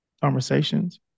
conversations